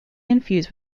infused